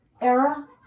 era